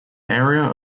area